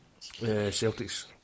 Celtics